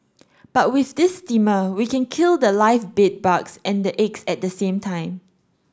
but with this steamer we can kill the live bed bugs and the eggs at the same time